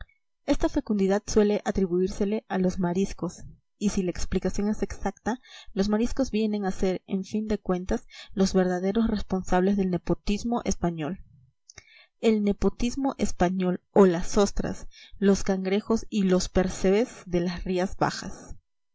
esta fecundidad suele atribuírsele a los mariscos y si la explicación es exacta los mariscos vienen a ser en fin de cuentas los verdaderos responsables del nepotismo español el nepotismo español o las ostras los cangrejos y los percebes de las rías bajas